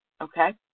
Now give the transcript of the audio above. Okay